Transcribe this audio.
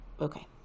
okay